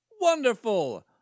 Wonderful